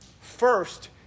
First